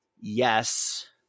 Yes